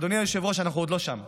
אדוני היושב-ראש, אנחנו עוד לא שם,